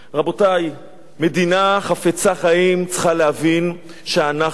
מדינה חפצת חיים צריכה להבין שאנחנו חזרנו לארצנו,